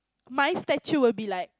my statue will be like